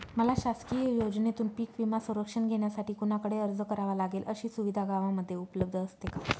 मला शासकीय योजनेतून पीक विमा संरक्षण घेण्यासाठी कुणाकडे अर्ज करावा लागेल? अशी सुविधा गावामध्ये उपलब्ध असते का?